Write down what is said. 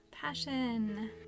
passion